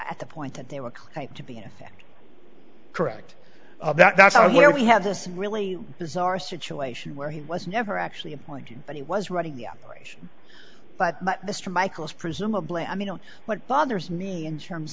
at the point that they were to be in effect correct that's where we have this really bizarre situation where he was never actually appointed but he was running the operation but the st michael's presumably i mean what bothers me in terms